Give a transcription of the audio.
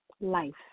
life